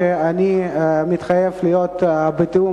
אני מתחייב להיות בתיאום,